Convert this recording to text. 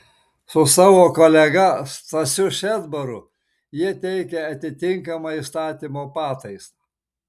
su savo kolega stasiu šedbaru jie teikia atitinkamą įstatymo pataisą